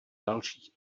dalších